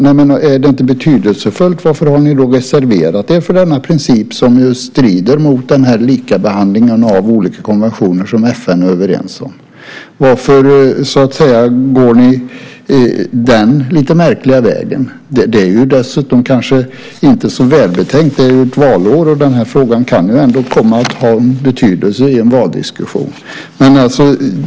Men om det inte är betydelsefullt, varför har ni då reserverat er för denna princip, som ju strider mot likabehandlingen av olika konventioner som FN är överens om? Varför går ni den, lite märkliga, vägen? Det är ju dessutom kanske inte så välbetänkt. Det är ju valår, och den här frågan kan ju ändå komma att ha betydelse i en valdiskussion.